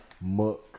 muck